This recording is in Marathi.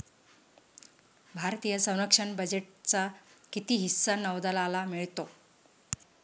भारतीय संरक्षण बजेटचा किती हिस्सा नौदलाला मिळतो?